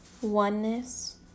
oneness